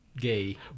gay